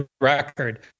record